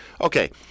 okay